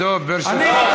דב, דב, ברשותך,